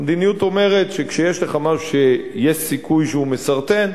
המדיניות אומרת שכשיש משהו שיש סיכוי שהוא מסרטן,